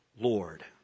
Lord